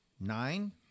Nine